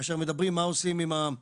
כשמדברים מה עושים כרגע